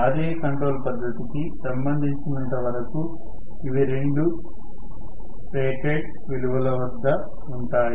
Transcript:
Raకంట్రోల్ పద్ధతికి సంబంధించినంత వరకు ఇవి రెండు రేటెడ్ విలువల వద్ద ఉంటాయి